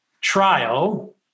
trial